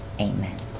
Amen